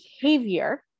behavior